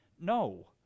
No